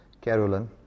Carolyn